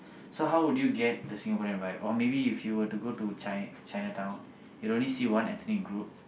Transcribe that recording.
so how would you get the Singaporean vibe or maybe if you were to go to China Chinatown you will only see one ethnic group